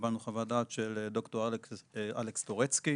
קיבלנו חוות דעת של ד"ר אלכס טורנצקי